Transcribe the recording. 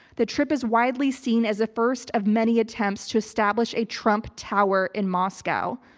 that trip is widely seen as a first of many attempts to establish a trump tower in moscow.